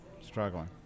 struggling